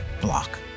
block